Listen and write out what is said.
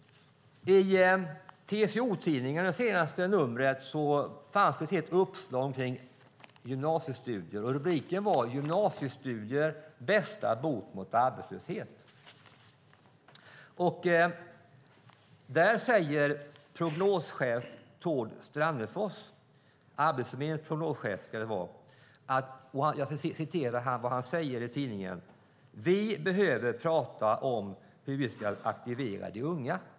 I senaste numret av TCO-tidningen fanns ett helt uppslag om gymnasiestudier. Rubriken på artikeln var "Gymnasiestudier bästa bot mot arbetslöshet". Där säger Arbetsförmedlingens prognoschef Tord Strannefors: "Vi behöver prata om hur vi ska aktivera de unga."